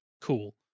cool